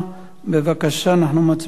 בבקשה, אנחנו מצביעים.